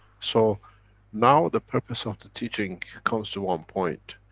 so now the purpose of the teaching comes to one point.